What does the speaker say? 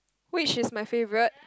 which is my favourite